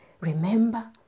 Remember